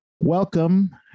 Welcome